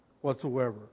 whatsoever